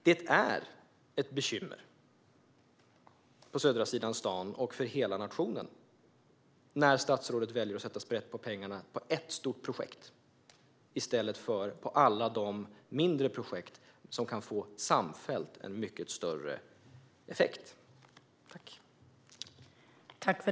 Det är ett bekymmer på södra sidan stan och för hela nationen när statsrådet väljer att sätta sprätt på pengarna på ett enda stort projekt i stället för på alla de mindre projekt som samfällt kan få en mycket större effekt.